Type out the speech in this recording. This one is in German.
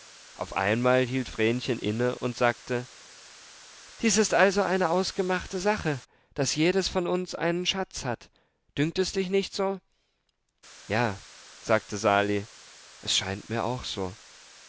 auf einmal hielt vrenchen inne und sagte dies ist also eine ausgemachte sache daß jedes von uns einen schatz hat dünkt es dich nicht so ja sagte sali es scheint mir auch so